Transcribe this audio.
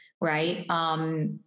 right